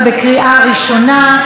בקריאה הראשונה.